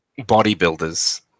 bodybuilders